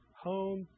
home